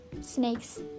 snakes